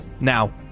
Now